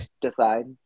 decide